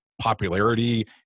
popularity